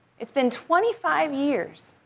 it's been twenty five years.